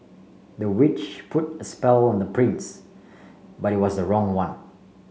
the witch put a spell on the prince but it was the wrong one